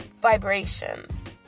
vibrations